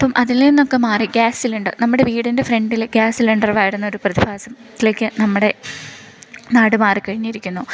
അപ്പം അതിലേന്നൊക്കെ മാറി ഗ്യാസ് സിലിണ്ടർ നമ്മുടെ വീടിൻ്റെ ഫ്രണ്ടിൽ ഗ്യാസ് സിലിണ്ടർ വരുന്നൊരു പ്രതിഭാസം ത്തിലേക്ക് നമ്മുടെ നാട് മാറിക്കഴിഞ്ഞിരിക്കുന്നു